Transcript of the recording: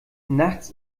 nachts